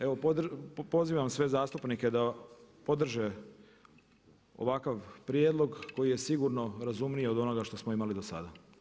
Evo pozivam sve zastupnike da podrže ovakav prijedlog koji je sigurno razumniji od onoga što smo imali do sada.